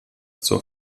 zur